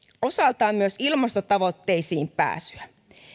osaltaan myös ilmastotavoitteisiin pääsyä